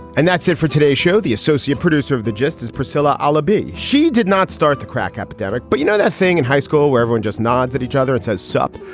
and that's it for today's show. the associate producer of the gist is priscilla albi. she did not start the crack epidemic, but you know that thing in high school where everyone just nods at each other and says sup?